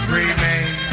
remain